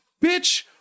bitch